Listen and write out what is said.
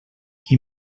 qui